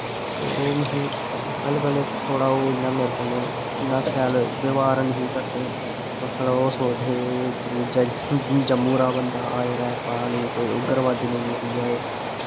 ते ओह् मिगी पैह्लें पैह्ले ओह् इयां मेरे कन्नै इन्ना शैल व्यवहार नी हे करदे ओह् सोचदे हे एह् उध्दरूं जम्मू दा बंदा आए दा ऐ पता नी कोेई उग्गरबादी नी निकली जाए